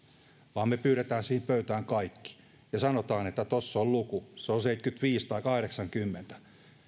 vaan me pyydämme siihen pöytään kaikki ja sanomme että tuossa on luku se on seitsemänkymmentäviisi tai kahdeksankymmentä